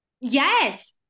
Yes